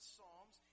Psalms